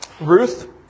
Ruth